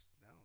no